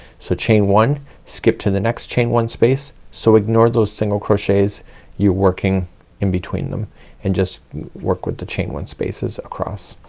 so chain one, skip to the next chain one space. so ignore those single crochets you're working in between them and just work with the chain one spaces across.